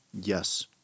yes